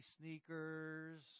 sneakers